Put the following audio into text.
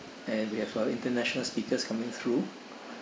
and we have our international speakers coming through